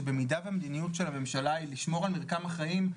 המדיניות של הממשלה היא לשמור על מרקם החיים,